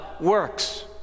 works